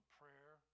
prayer